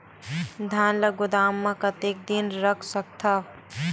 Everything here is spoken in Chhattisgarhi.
धान ल गोदाम म कतेक दिन रख सकथव?